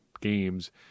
games